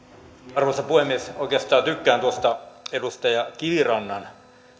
arvoisa puhemies oikeastaan tykkään tuosta edustaja kivirannan